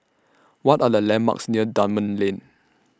What Are The landmarks near Dunman Lane